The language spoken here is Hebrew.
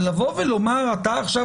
אבל לבוא ולומר: אתה עכשיו,